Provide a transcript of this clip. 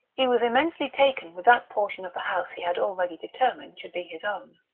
he was immensely taken with that portion of the house he had already determined should be his own.